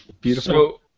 Beautiful